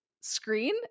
screen